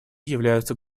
являются